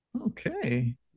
Okay